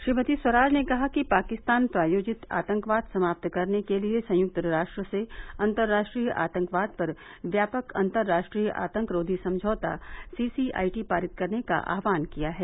श्रीमती स्वराज ने कहा कि पाकिस्तान प्रायोजित आतंकवाद समाप्त करने के लिए संयुक्त राष्ट्र से अंतर्राष्ट्रीय आतंकवाद पर व्यापक अंतरराष्ट्रीय आंतकरोधी समझौता सी सी आई टी पारित करने का आह्वान किया है